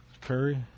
Curry